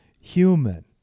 human